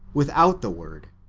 without the word,